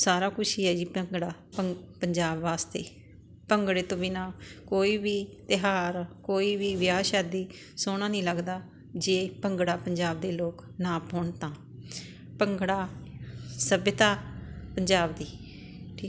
ਸਾਰਾ ਕੁਛ ਹੀ ਹੈ ਜੀ ਭੰਗੜਾ ਭੰ ਪੰਜਾਬ ਵਾਸਤੇ ਭੰਗੜੇ ਤੋਂ ਬਿਨਾ ਕੋਈ ਵੀ ਤਿਉਹਾਰ ਕੋਈ ਵੀ ਵਿਆਹ ਸ਼ਾਦੀ ਸੋਹਣਾ ਨਹੀਂ ਲੱਗਦਾ ਜੇ ਭੰਗੜਾ ਪੰਜਾਬ ਦੇ ਲੋਕ ਨਾ ਪਾਉਣ ਤਾਂ ਭੰਗੜਾ ਸੱਭਿਅਤਾ ਪੰਜਾਬ ਦੀ